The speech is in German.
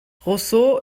roseau